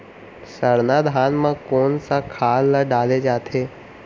सरना धान म कोन सा खाद ला डाले जाथे?